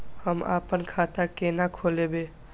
हम आपन खाता केना खोलेबे?